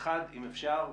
אחד, אם אפשר,